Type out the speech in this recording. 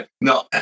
no